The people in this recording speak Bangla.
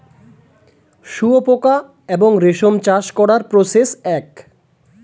শুয়োপোকা এবং রেশম চাষ করার প্রসেস এক